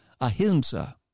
ahimsa